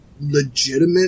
legitimate